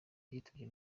yitabye